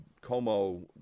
Como